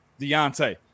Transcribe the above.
Deontay